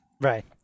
Right